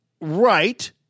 right